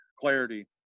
clarity